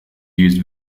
used